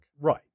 Right